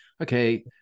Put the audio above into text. okay